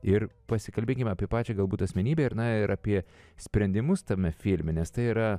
ir pasikalbėkime apie pačią galbūt asmenybę ir na ir apie sprendimus tame filme nes tai yra